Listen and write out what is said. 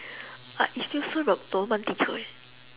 like it feels so r~ 罗曼蒂克 leh